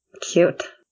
cute